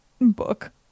book